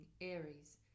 Aries